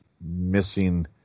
missing